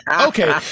Okay